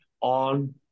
on